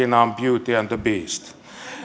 siinä on beauty and the beast